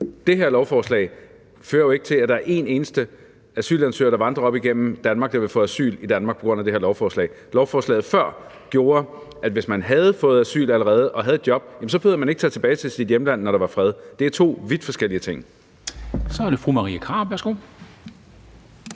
det her lovforslag fører jo ikke til, at der er en eneste asylansøger, der vandrer op igennem Europa, som vil få asyl i Danmark. Lovforslaget før gjorde, at hvis man havde fået asyl allerede og havde et job, behøvede man ikke at tage tilbage til sit hjemland, når der var fred der. Det er to vidt forskellige ting. Kl. 16:57 Formanden